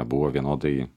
buvo vienodai